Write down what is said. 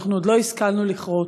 עוד לא השכלנו לכרות.